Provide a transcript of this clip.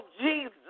Jesus